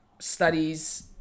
studies